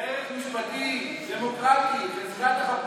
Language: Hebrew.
זה ערך משפטי דמוקרטי, חזקת החפות.